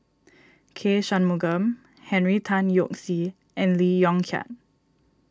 K Shanmugam Henry Tan Yoke See and Lee Yong Kiat